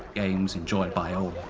games enjoyed by all.